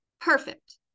Perfect